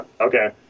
Okay